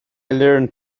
learn